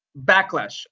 backlash